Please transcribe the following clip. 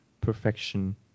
perfection